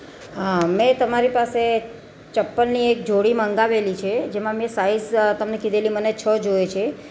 હા મેં તમારી પાસે ચપ્પલની એક જોડી મંગાવેલી છે જેમાં સાઈજ તમને કીધેલી મને છ જોઈએ છે